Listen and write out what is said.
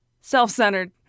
Self-centered